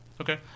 Okay